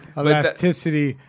elasticity